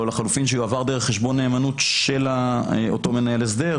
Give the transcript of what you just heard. לחילופין שיועבר דרך חשבון נאמנות של אותו מנהל הסדר,